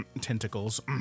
tentacles